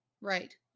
Right